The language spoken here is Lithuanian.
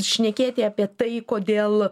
šnekėti apie tai kodėl